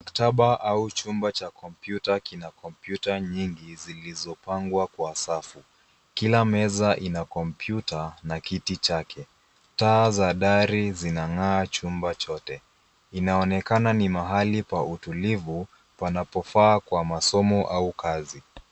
Maktaba au chumba cha kompyuta kina kompyuta nyingi zilizopangwa kwa safu. Kila meza ina kompyuta na kiti chake. Taa za dari zinang'aa chumba chote. Inaonekana ni mahali pa utulivu panapofaa kwa masomo au kazi.